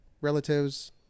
relatives